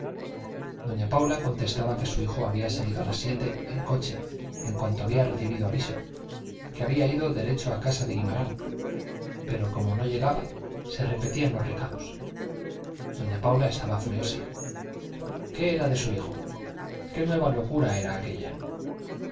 doña paula contestaba que su hijo había salido a las siete en coche en cuanto había recibido aviso que había ido derecho a casa de guimarán pero como no llegaba se repetían los recados doña paula estaba furiosa qué era de su hijo qué nueva locura era aquella